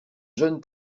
jeunes